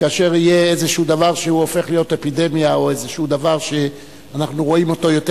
וכאשר יהיה דבר שהוא הופך להיות אפידמיה או דבר שאנחנו רואים אותו יותר,